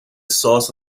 source